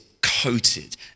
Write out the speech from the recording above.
coated